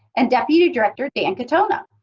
and deputy director dan katona.